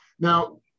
Now